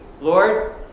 Lord